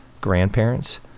grandparents